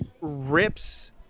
rips